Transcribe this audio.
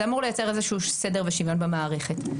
זה אמור לייצר איזשהו סדר ושוויון במערכת.